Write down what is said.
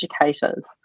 educators